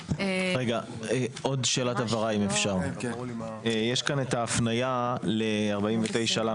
עוד שאלת הבהרה, יש כאן את ההפניה ל-49לב.